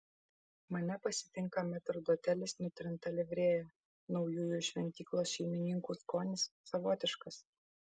mane pasitinka metrdotelis nutrinta livrėja naujųjų šventyklos šeimininkų skonis savotiškas